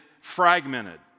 fragmented